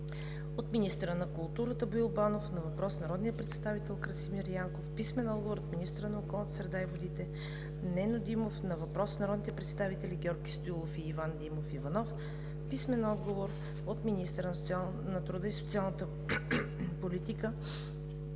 - министъра на културата Боил Банов на въпрос от народния представител Красимир Янков; - министъра на околната среда и водите Нено Димов на въпрос от народните представители Георги Стоилов и Иван Димов Иванов; - министъра на труда и социалната политика